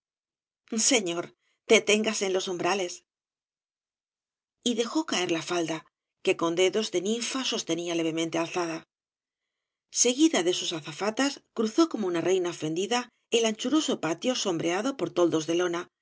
señor deténgase en los umbrales y dejó caer la falda que con dedos de ninfa sostenía levemente alzada seguida de sus azafatas cruzó como una reina ofendida el anchuroso patio sombreado por toldos de lona que